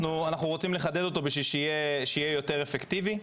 אנחנו רוצים לחדד אותו כדי שיהיה יותר אפקטיבי.